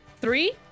Three